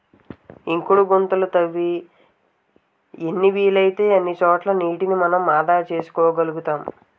ఇంకుడు గుంతలు తవ్వి ఎన్ని వీలైతే అన్ని చోట్ల నీటిని మనం ఆదా చేసుకోగలుతాం